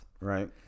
Right